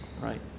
right